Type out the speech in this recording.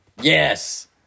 Yes